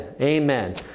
Amen